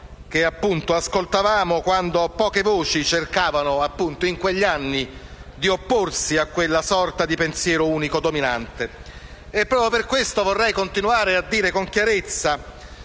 che avvertivamo quando poche voci hanno cercato, in quegli anni, di opporsi a quella sorta di pensiero unico dominante. E, proprio per questo, vorrei continuare a dire con chiarezza